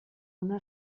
una